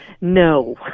No